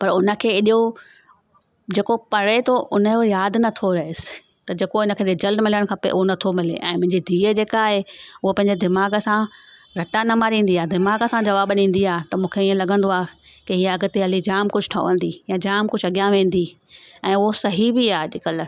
पर हुनखे हेॾो जेको पढ़े थो हुनजो यादि न थो रहेसि त जेको हिनखे रिजल्ट मिलणु खपे उहो न थो मिले ऐं मुंहिंजी धीअ जेका आहे उहा पंहिंजे दिमाग़ सां रटा न मारींदी आहे दिमाग़ सां जवाबु ॾींदी आहे त मूंखे इअं लॻंदो आहे की इहा अॻिते हली हीअ जाम कुझु ठहिंदी या जाम कुझु अॻियां वेंदी ऐं उहो सही बि आहे अॼुकल्ह